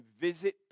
visit